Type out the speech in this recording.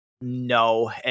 No